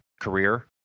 career